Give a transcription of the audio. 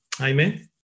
Amen